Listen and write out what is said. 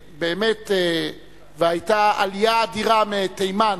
והיתה עלייה אדירה מתימן,